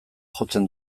jotzen